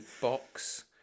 box